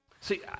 See